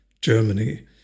Germany